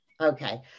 Okay